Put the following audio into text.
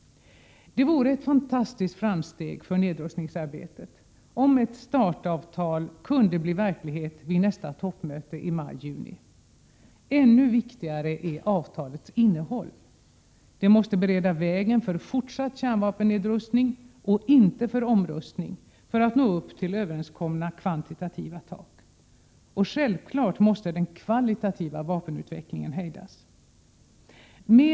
Det vore ett fantastiskt framsteg för nedrustningsarbetet, om ett START avtal kunde bli verklighet vid nästa toppmöte i maj-juni. Ännu viktigare är avtalets innehåll: det måste bereda vägen för fortsatt kärnvapennedrustning och inte för omrustning för att nå upp till överenskomna kvantitativa tak. Och den kvalitativa vapenutvecklingen måste självfallet hejdas.